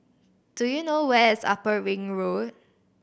do you know where is Upper Ring Road